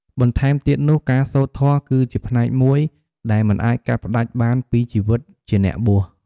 បន្ថែមទៀតនោះ ការសូត្រធម៌គឺជាផ្នែកមួយដែលមិនអាចកាត់ផ្ដាច់បានពីជីវិតជាអ្នកបួស។